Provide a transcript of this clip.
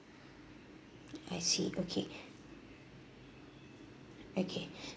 I see okay okay